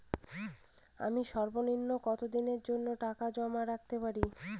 আমি সর্বনিম্ন কতদিনের জন্য টাকা জমা রাখতে পারি?